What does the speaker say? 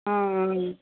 ஆ ஆ